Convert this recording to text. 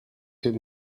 him